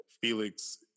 Felix